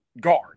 guard